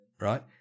right